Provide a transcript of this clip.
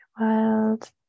wild